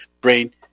brain